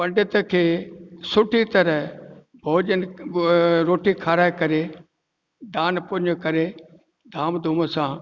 पंडित खे सुठी तरह भोजन रोटी खाराए करे दान पुन्य करे धाम धूम सां